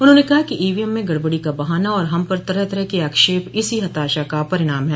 उन्होंने कहा कि ईवीएम में गड़बड़ी का बहाना और हम पर तरह तरह के आक्षेप इसी हताशा का प्रमाण है